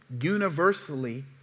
universally